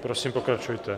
Prosím, pokračujte.